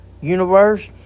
universe